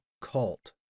cult